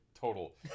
total